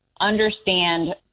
understand